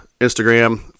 Instagram